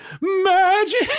magic